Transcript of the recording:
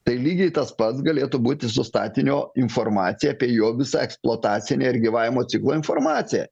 tai lygiai tas pats galėtų būti su statinio informacija apie jo visą eksploatacinę ir gyvavimo ciklo informaciją